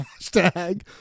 Hashtag